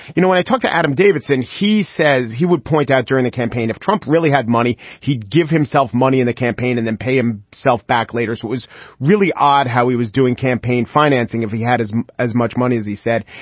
you know, when i talked to adam davidson, he says he would point out during the campaign if trump really had money, he'd give himself money in the campaign and then pay him self back later. so it was really odd how he was doing campaign financing if he had as as much money as he said.